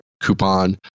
coupon